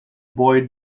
boy